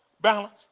Balance